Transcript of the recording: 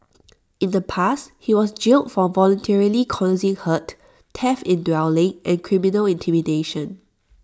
in the past he was jailed for voluntarily causing hurt theft in dwelling and criminal intimidation